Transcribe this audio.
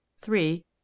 three